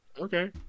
Okay